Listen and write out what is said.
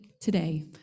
today